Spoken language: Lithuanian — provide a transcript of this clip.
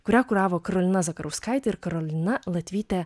kurią kuravo karolina zakarauskaitė ir karolina latvytė